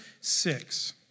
six